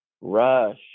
Rush